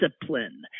discipline